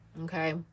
okay